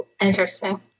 interesting